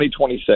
2026